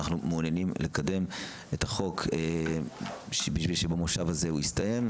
אנחנו מעוניינים לקדם את החוק בשביל שבמושב הזה הוא יסתיים.